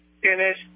Finish